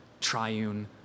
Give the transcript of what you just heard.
triune